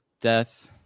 death